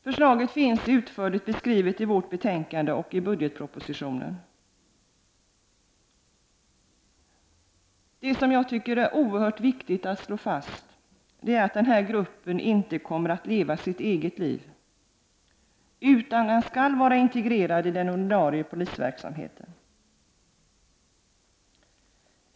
Förslaget finns utförligt beskrivet i betänkandet och i budgetpropositionen. Jag tycker att det är oerhört viktigt att slå fast att den här gruppen inte kommer att leva sitt eget liv, utan den skall vara integrerad i den ordinarie polisverksamheten.